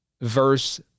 verse